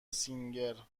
سینگر